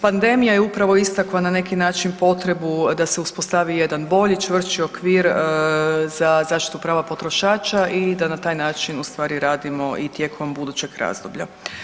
Pandemija je upravo istakla na neki način potrebu da se uspostavi jedan bolji, čvršći okvir za zaštitu prava potrošača i da na taj način ustvari radimo i tijekom budućeg razdoblja.